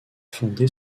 fondé